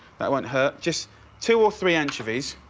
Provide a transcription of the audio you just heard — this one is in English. that won't hurt. just two or three anchovies,